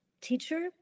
teacher